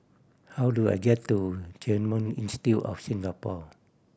how do I get to Genome Institute of Singapore